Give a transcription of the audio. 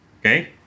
Okay